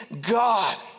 God